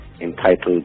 entitled